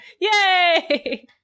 Yay